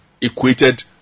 equated